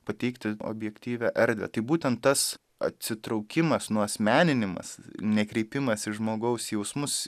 pateikti objektyvią erdvę tai būtent tas atsitraukimas nuasmeninimas nekreipimas į žmogaus jausmus